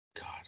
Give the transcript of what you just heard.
God